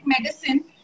medicine